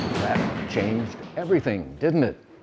that changed everything, didn't it?